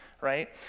right